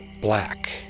black